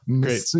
Great